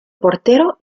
portero